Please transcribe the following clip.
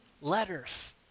letters